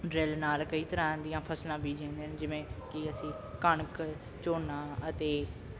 drill ਨਾਲ ਕਈ ਤਰ੍ਹਾਂ ਦੀਆਂ ਫਸਲਾਂ ਬੀਜੀਆਂ ਜਾਂਦੀਆਂ ਜਿਵੇਂ ਕਿ ਅਸੀਂ ਕਣਕ ਝੋਨਾ ਅਤੇ